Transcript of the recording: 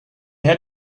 had